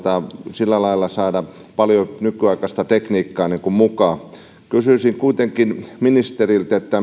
sillä lailla saadaan paljon nykyaikaista tekniikkaa mukaan kysyisin kuitenkin ministeriltä